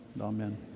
Amen